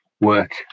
work